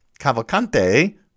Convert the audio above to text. Cavalcante